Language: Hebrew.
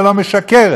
ולא משקרת,